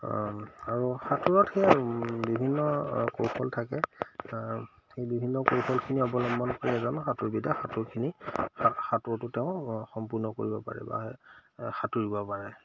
আৰু সাঁতোৰত সেয়ে আৰু বিভিন্ন কৌশল থাকে সেই বিভিন্ন কৌশলখিনি অৱলম্বন কৰি এজন সাঁতোৰবিদে সাঁতোৰখিনি সাঁতোৰটো তেওঁ সম্পূৰ্ণ কৰিব পাৰে বা সাঁতুৰিব পাৰে